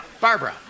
Barbara